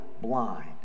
blind